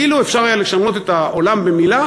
אילו אפשר היה לשנות את העולם במילה,